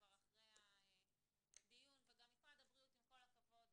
עם כל הכבוד,